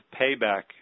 payback